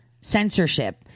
censorship